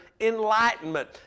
enlightenment